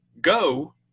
go